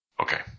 Okay